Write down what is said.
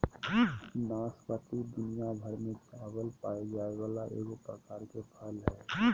नाशपाती दुनियाभर में पावल जाये वाला एगो प्रकार के फल हइ